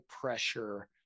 pressure